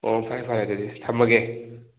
ꯑꯣ ꯐꯔꯦ ꯐꯔꯦ ꯑꯗꯨꯗꯤ ꯊꯝꯃꯒꯦ